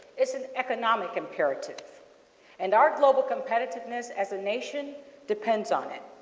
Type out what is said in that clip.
it's an economic imperative and our global competitiveness as a nation depends on it.